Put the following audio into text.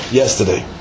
yesterday